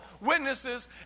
witnesses